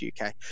UK